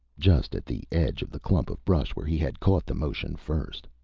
just at the edge of the clump of brush where he had caught the motion first.